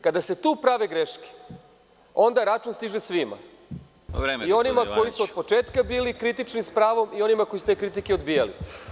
Kada se tu prave greške onda račun stiže svima i onima koji su od početka bili kritični s pravom i onima koji su te kritike odbijali.